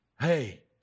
Hey